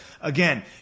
again